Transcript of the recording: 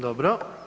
Dobro.